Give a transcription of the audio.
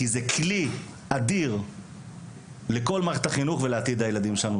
כי זה כלי אדיר לכל מערכת החינוך ולעתיד הילדים שלנו.